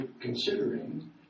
considering